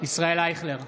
ישראל אייכלר,